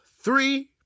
three